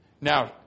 Now